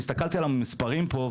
אני הסתכלתי על המספרים פה,